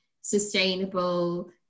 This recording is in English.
sustainable